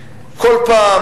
כל פעם